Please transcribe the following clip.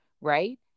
right